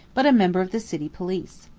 but a member of the city police.